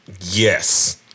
Yes